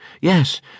Yes